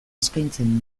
eskaintzen